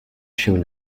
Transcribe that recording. się